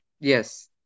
Yes